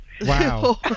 Wow